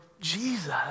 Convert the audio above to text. Jesus